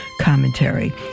commentary